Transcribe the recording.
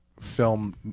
film